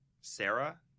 Sarah